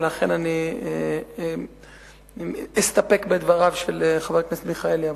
ולכן אני אסתפק בדבריו של חבר הכנסת מיכאלי.